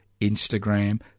instagram